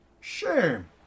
shame